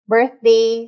Birthday